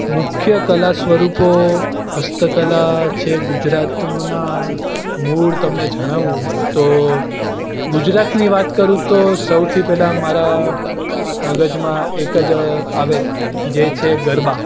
મુખ્ય કલાસ્વરૂપો હસ્તકલા છે ગુજરાતમનાં મૂળ તમને જણાવું તો ગુજરાતની વાત કરું તો સૌથી પહેલાં મારા મગજમાં એક જ આવે જે છે ગરબા